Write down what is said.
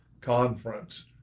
conference